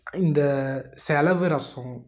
இந்த செலவு ரசம்